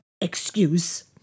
excuse